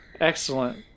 Excellent